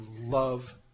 love